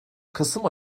kasım